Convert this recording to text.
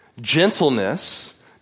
Gentleness